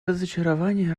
разочарование